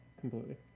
completely